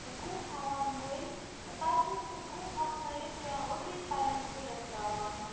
گُہہ ہٮ۪وان مٔلۍ تہٕ پَتہٕ چھَس سُہ گُہہ ہۄکھنٲیِتھ یا اوٚدرٕے پنٛنٮ۪ن کُلٮ۪ن تراوان